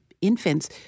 infants